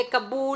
בכאבול